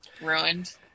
Ruined